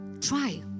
Try